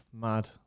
Mad